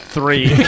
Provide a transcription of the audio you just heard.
Three